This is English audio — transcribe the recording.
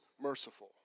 merciful